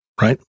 Right